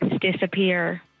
disappear